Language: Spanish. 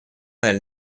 del